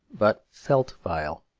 but felt vile.